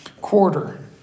quarter